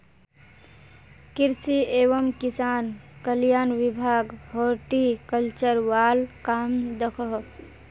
कृषि एवं किसान कल्याण विभाग हॉर्टिकल्चर वाल काम दखोह